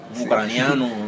ucraniano